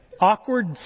awkward